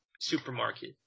supermarket